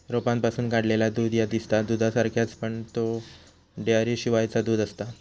रोपांपासून काढलेला दूध ह्या दिसता दुधासारख्याच, पण ता डेअरीशिवायचा दूध आसता